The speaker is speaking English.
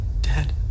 dead